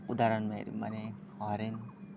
उदारणमा हेऱ्यौँ भने हरेन